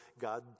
God